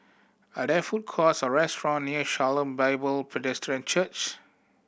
are there food courts or restaurant near Shalom Bible Presbyterian Church